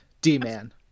D-Man